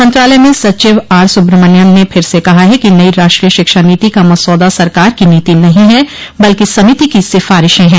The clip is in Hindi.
मंत्रालय में सचिव आर सुब्रह्मण्यम ने फिर से कहा है कि नई राष्ट्रीय शिक्षा नीति का मसौदा सरकार की नीति नहीं है बल्कि समिति की सिफारिशें हैं